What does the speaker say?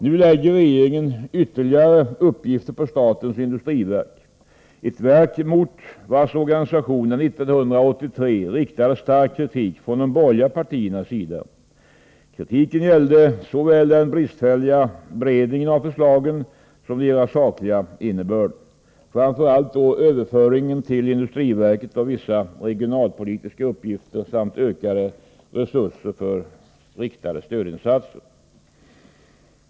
Nu lägger regeringen ytterligare uppgifter på statens industriverk, ett verk mot vars organisation de borgerliga partierna 1983 riktade stark kritik. Kritiken gällde såväl den bristfälliga beredningen av förslagen som deras sakliga innebörd, framför allt överföringen till industriverket av vissa regionalpolitiska uppgifter samt ökade resurser för riktade stödinsatser.